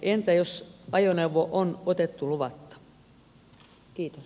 entä jos ajoneuvo on otettu luvatta